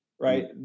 right